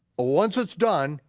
ah once it's done,